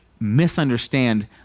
misunderstand